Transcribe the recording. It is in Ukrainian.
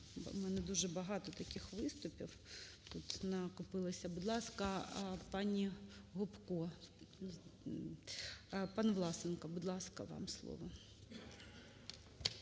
В мене дуже багато таких виступів тут накопилося. Будь ласка, паніГопко. Пан Власенко, будь ласка, вам слово.